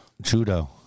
Judo